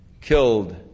killed